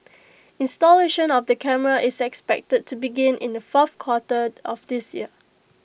installation of the cameras is expected to begin in the fourth quarter of this year